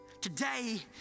Today